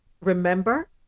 remember